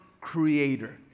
creator